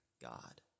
God